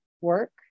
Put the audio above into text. work